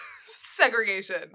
segregation